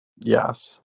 Yes